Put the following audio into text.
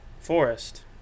forest